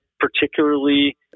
particularly